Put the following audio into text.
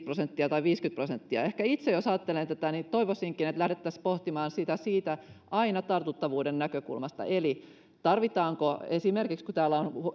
prosenttia vai viisikymmentä prosenttia ehkä itse jos ajattelen tätä toivoisinkin että lähdettäisiin pohtimaan sitä aina siitä tartuttavuuden näkökulmasta eli esimerkiksi kun täällä on